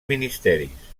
ministeris